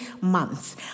months